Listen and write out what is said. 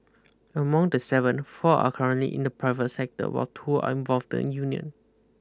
among the seven four are currently in the private sector while two are involved in union